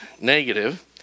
negative